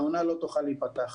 העונה לא תוכל להיפתח.